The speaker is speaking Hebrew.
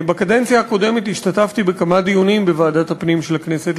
בקדנציה הקודמת השתתפתי בכמה דיונים בוועדת הפנים של הכנסת.